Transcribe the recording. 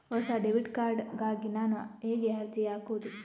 ಹೊಸ debit card ಗಾಗಿ ನಾನು ಹೇಗೆ ಅರ್ಜಿ ಹಾಕುದು?